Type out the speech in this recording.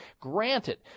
Granted